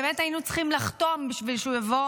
באמת היינו צריכים לחתום בשביל שהוא יבוא